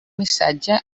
missatge